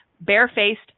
barefaced